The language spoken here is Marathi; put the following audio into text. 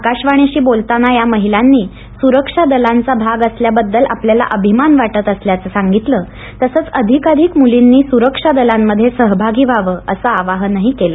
आकाशवाणीशी बोलताना या महिलांनी सुरक्षा दलांचा भाग असल्याबद्दल आपल्याला अभिमान वाटत असल्याचं सांगितलं तसंच अधिकाधिक मुलींनी सुरक्षा दलांमध्ये सहभागी व्हावं असं आवाहन केलं